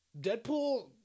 Deadpool